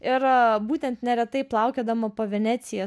ir būtent neretai plaukiodama po veneciją